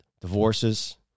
divorces